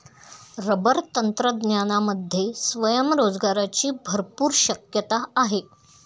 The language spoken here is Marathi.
रबर तंत्रज्ञानामध्ये स्वयंरोजगाराची भरपूर शक्यता आहे